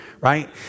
right